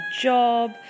job